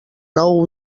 nou